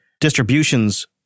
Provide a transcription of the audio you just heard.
distribution's